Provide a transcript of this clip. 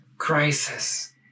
crisis